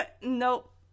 Nope